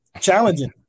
Challenging